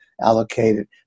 allocated